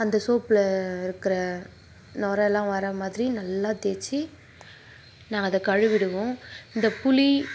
அந்த சோப்பில் இருக்கிற நுரை எல்லாம் வர மாதிரி நல்லா தேய்ச்சி நாங்கள் அதை கழுவிவிடுவோம் இந்த புளி